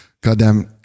Goddamn